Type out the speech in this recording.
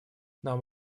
нам